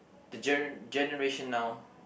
the gener~ generation now